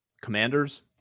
Commanders